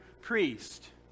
priest